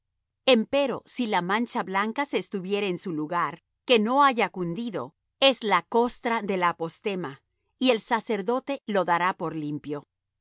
llaga empero si la mancha blanca se estuviere en su lugar que no haya cundido es la costra de la apostema y el sacerdote lo dará por limpio